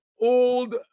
old